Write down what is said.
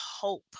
hope